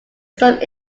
some